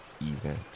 event